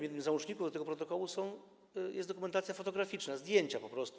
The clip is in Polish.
Jednym z załączników do tego protokołu jest dokumentacja fotograficzna, zdjęcia po prostu.